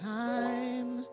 time